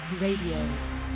Radio